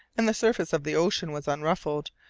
and the surface of the ocean was unruffled,